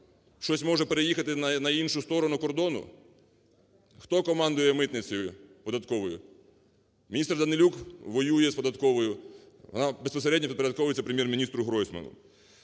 щось може переїхати на іншу сторону кордону? Хто командує митницею податковою? Міністр Данилюк воює з податковою. Вона безпосередньо підпорядковується Прем'єр-міністру Гройсману.